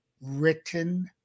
written